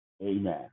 Amen